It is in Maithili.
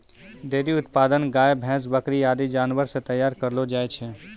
डेयरी उत्पाद गाय, भैंस, बकरी आदि जानवर सें तैयार करलो जाय छै